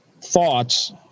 thoughts